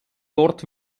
dort